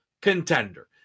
contender